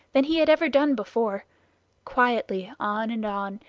than he had ever done before quietly on and on,